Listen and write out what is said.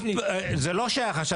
זה לא שייך עכשיו.